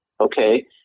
okay